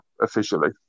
officially